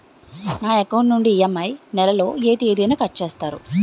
నా అకౌంట్ నుండి ఇ.ఎం.ఐ నెల లో ఏ తేదీన కట్ చేస్తారు?